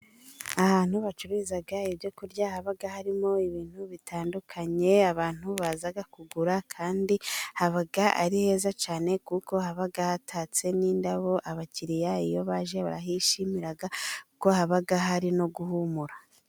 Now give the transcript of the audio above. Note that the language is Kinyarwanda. Ahantu bacururiza ibyo kurya, haba harimo ibintu bitandukanye, abantu baza kugura kandi haba ari heza cyane, kuko haba hatatse n'indabo, abakiriya iyo baje bahishimira, kuko haba hari no guhumura.